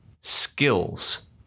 skills